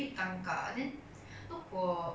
是很难逼他们 lah I feel